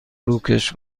روکش